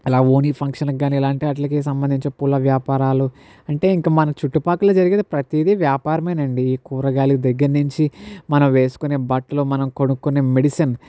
ఇలా ఓణీ ఫంక్షన్ కి కాని ఇలాంటి వాటికి సంబంధించి పూల వ్యాపారాలు అంటే ఇంక మన చుట్టూ పక్కల జరిగేది ప్రతీది వ్యాపారమేనండి కూరగాయలు దగ్గరనుంచి మనం వేసుకొనే బట్టలు మనం కొనుక్కొనే మెడిసిన్